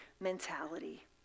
mentality